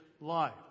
life